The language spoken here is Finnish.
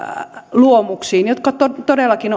luomuksiin jotka todellakin